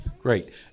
Great